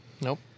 Nope